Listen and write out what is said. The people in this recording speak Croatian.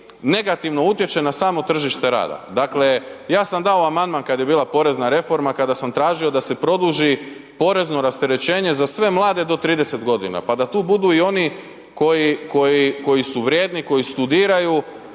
negativno utječe na samo tržište rada. Dale, ja sam dao amandman kad je bila porezna reforma, kada sam tražio da se produži porezno rasterećenje za sve mlade do 30 g. pa da tu budu i oni koji su vrijedni, koji studiraju